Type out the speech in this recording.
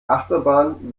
achterbahn